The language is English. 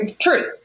True